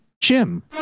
Jim